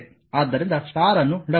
ಆದ್ದರಿಂದ ಸ್ಟಾರ್ ಅನ್ನು ನೀಡಲಾಗಿದೆ